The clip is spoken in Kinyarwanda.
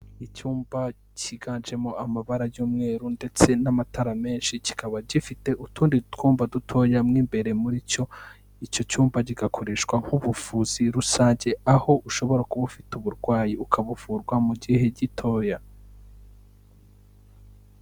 Icyumba cyiganjemo amabara y'umweru ndetse n'amatara menshi, kikaba gifite utundi twumba dutoya mu imbere muri cyo, icyo cyumba kigakoreshwa nk'ubuvuzi rusange aho ushobora kuba ufite uburwayi ukabuvurwa mu gihe gitoya.